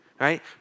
right